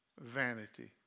Vanity